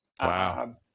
Wow